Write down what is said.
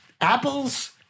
Apple's